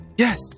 Yes